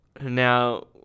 Now